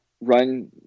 run